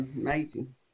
amazing